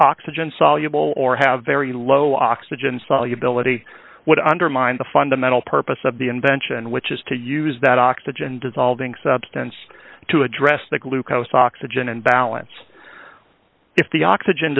soluble or have very low oxygen solubility would undermine the fundamental purpose of the invention which is to use that oxygen dissolving substance to address the glucose oxygen and balance if the oxygen